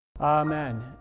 Amen